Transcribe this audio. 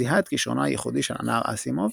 זיהה את כישרונו הייחודי של הנער אסימוב,